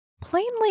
Plainly